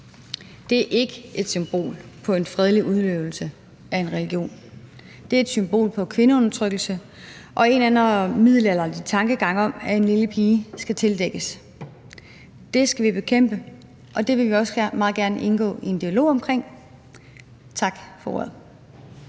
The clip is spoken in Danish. Det er ikke et symbol på en fredelig udnyttelse af en religion. Det er et symbol på kvindeundertrykkelse og en eller anden middelalderlig tankegang om, at en lille pige skal tildækkes. Det skal vi bekæmpe, og det vil vi også meget gerne indgå i en dialog om. Tak for ordet.